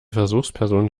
versuchsperson